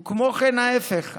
וכמו כן ההפך,